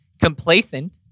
complacent